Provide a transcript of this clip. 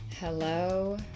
Hello